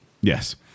Yes